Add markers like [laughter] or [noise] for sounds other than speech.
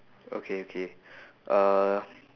okay okay [breath] uh